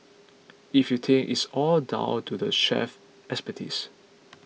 if you think it's all down to the chef's expertise